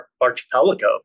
archipelago